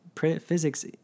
physics